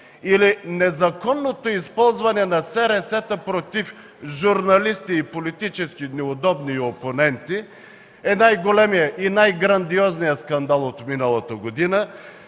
или незаконното използване на срс-та против журналисти и политически неудобни опоненти е най-големият и най-грандиозният скандал от миналата година?!